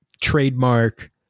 trademark